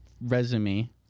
resume